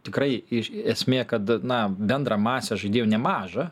tikrai iš esmė kad na bendrą masę žaidėjų nemažą